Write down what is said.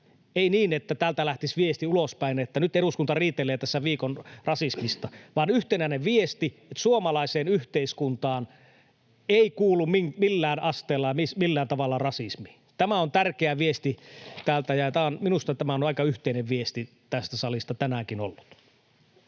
ei niin, että täältä lähtisi ulospäin viesti, että nyt eduskunta riitelee tässä viikon rasismista — että lähtisi yhtenäinen viesti, että suomalaiseen yhteiskuntaan ei kuulu millään asteella, millään tavalla rasismi. Tämä on tärkeä viesti täältä, ja tämä on minusta aika yhteinen viesti tästä salista tänäänkin ollut.